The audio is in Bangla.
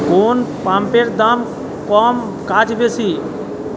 কোন পাম্পের দাম কম কাজ বেশি?